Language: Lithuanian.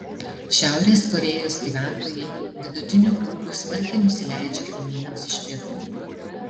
šiaurės korėjos gyventojai vidutiniu ūgiu smarkiai nusileidžia kaimynams iš pietų